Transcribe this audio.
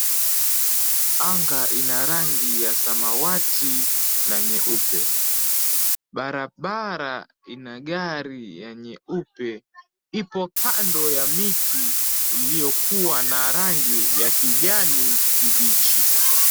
Anga ina rangi ya samawati na nyeupe. Barabara ina gari ya nyeupe ipo kando ya miti iliyokuwa na rangi ya kijani kibichi.